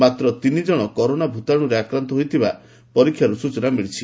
ମାତ୍ର ତିନି ଜଣ କରୋନା ଭୂତାଣୁରେ ଆକ୍ରାନ୍ତ ହୋଇଥିବା ପରୀକ୍ଷାରୁ ସ୍ବଚନା ମିଳିଛି